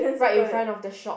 right in front of the shop